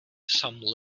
some